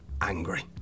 angry